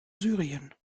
syrien